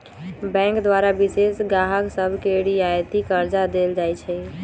bank द्वारा विशेष गाहक सभके रियायती करजा देल जाइ छइ